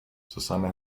susanne